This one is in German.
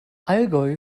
allgäu